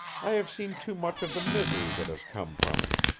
i have seen too much of the misery that has come from it.